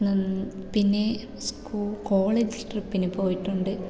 പിന്നെ school college ട്രിപ്പിന് പോയിട്ടുണ്ട്